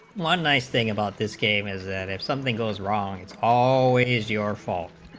one nice thing about this came as that if something goes wrong its hallways your fault